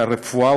לרפואה,